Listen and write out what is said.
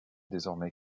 désormais